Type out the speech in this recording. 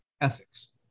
ethics